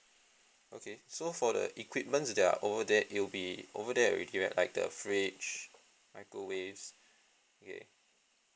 okay so for the equipments that are over there it'll be over there already right like the fridge microwaves okay